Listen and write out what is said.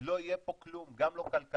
לא יהיה פה כלום, גם לא כלכלה.